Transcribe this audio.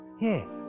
Yes